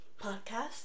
podcast